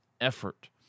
effort